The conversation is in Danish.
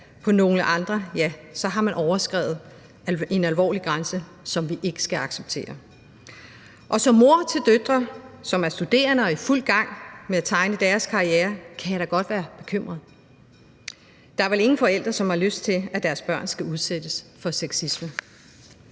for nogle andre, ja, så har man overskredet en alvorlig grænse, som vi ikke skal acceptere. Som mor til døtre, som er studerende og i fuld gang med at tegne deres karrierer, kan jeg da godt være bekymret. Der er vel ingen forældre, som har lyst til, at deres børn skal udsættes for sexisme.